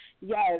Yes